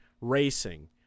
racing